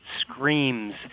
screams